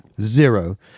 Zero